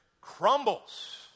crumbles